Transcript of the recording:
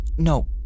No